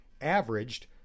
averaged